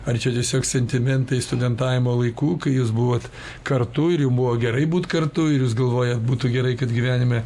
ar čia tiesiog sentimentai studentavimo laikų kai jūs buvot kartu ir jum buvo gerai būt kartu ir jis galvojat būtų gerai kad gyvenime